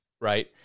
Right